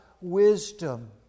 wisdom